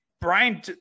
Brian